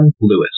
Lewis